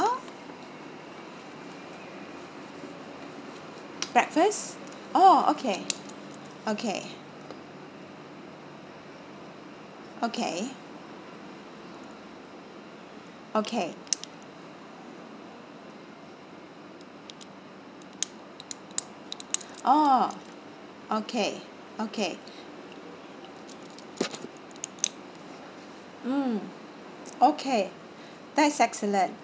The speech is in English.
breakfast oh okay okay okay okay orh okay okay mm okay that's excellent